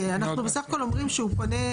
כי אנחנו בסך הכל אומרים שהוא פונה,